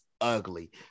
ugly